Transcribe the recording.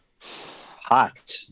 Hot